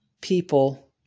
people